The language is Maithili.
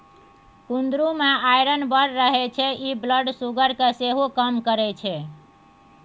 कुंदरु मे आइरन बड़ रहय छै इ ब्लड सुगर केँ सेहो कम करय छै